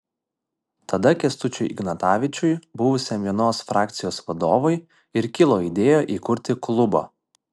tada kęstučiui ignatavičiui buvusiam vienos frakcijos vadovui ir kilo idėja įkurti klubą